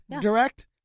Direct